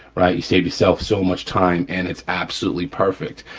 right, you save yourself so much time and it's absolutely perfect.